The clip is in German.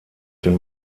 den